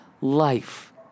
life